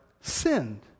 sinned